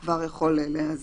הוא כבר יכול להיעזר.